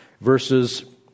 verses